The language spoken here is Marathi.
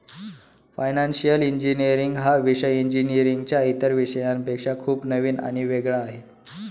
फायनान्शिअल इंजिनीअरिंग हा विषय इंजिनीअरिंगच्या इतर विषयांपेक्षा खूप नवीन आणि वेगळा आहे